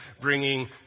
bringing